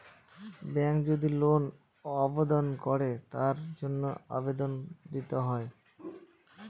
ব্যাঙ্কে যদি লোন আবেদন করে তার জন্য আবেদন দিতে হয়